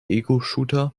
egoshooter